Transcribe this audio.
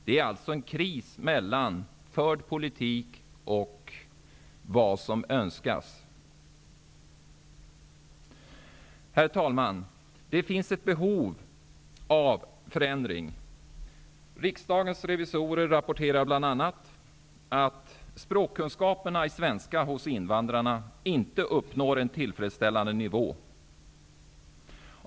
Det är alltså en kris mellan förd politik och vad som önskas. Herr talman! Det finns ett behov av förändring. Riksdagsrevisorerna rapporterar bl.a. att kunskaperna i svenska språket hos invandrarna inte uppnår en tillräcklig nivå.